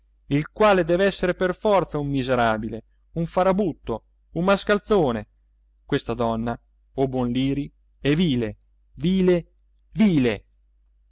il quale dev'essere per forza un miserabile un farabutto un mascalzone questa donna o buon liri è vile vile vile